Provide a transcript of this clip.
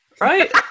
right